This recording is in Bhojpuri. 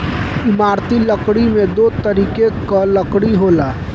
इमारती लकड़ी में दो तरीके कअ लकड़ी होला